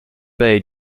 bay